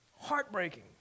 Heartbreaking